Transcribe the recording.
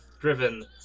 driven